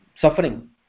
Suffering